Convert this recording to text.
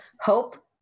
Hope